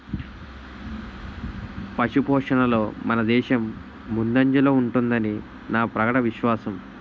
పశుపోషణలో మనదేశం ముందంజలో ఉంటుదని నా ప్రగాఢ విశ్వాసం